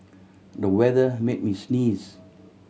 the weather made me sneeze